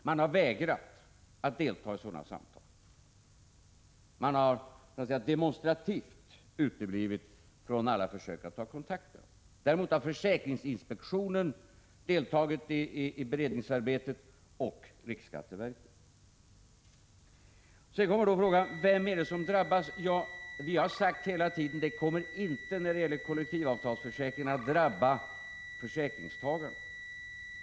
Man har vägrat att delta i sådana samtal. Man har så att säga demonstrativt uteblivit från alla försök till att ta kontakter. Däremot har försäkringsinspektionen och riksskatteverket deltagit i beredningsarbetet. Vem är det då som drabbas? Vi har hela tiden sagt att det när det gäller kollektivavtalsförsäkringen inte kommer att drabba försäkringstagarna.